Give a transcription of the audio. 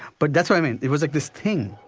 but that's what i mean, it was like this thing.